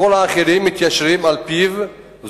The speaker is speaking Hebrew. וכל האחרים מתיישרים על-פיו,